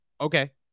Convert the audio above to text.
Okay